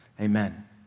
amen